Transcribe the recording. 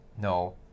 No